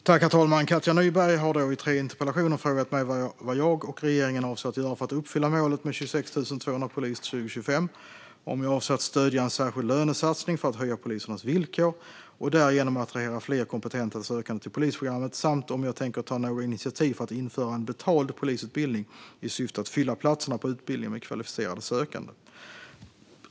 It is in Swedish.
Herr talman! Katja Nyberg har i tre interpellationer frågat mig vad jag och regeringen avser att göra för att uppfylla målet om 26 200 poliser till 2025, om jag avser att stödja en särskild lönesatsning för att höja polisernas villkor och därigenom attrahera fler kompetenta sökande till polisprogrammet samt om jag tänker ta några initiativ för att införa en betald polisutbildning i syfte att fylla platserna på utbildningen med kvalificerade sökande.